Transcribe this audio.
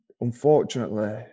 unfortunately